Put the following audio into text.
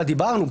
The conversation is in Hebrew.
כמו שדיברנו,